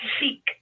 seek